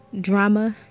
Drama